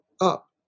up